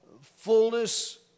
fullness